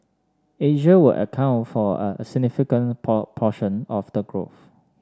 Asia will account for a significant proportion of the growth